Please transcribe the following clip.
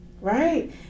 Right